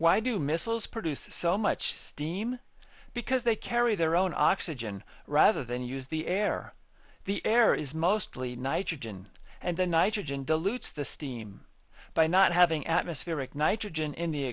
why do missiles produce so much steam because they carry their own oxygen rather than use the air the air is mostly nitrogen and the nitrogen dilutes the steam by not having atmospheric nitrogen